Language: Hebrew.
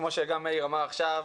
כמו שגם מאיר אמר עכשיו,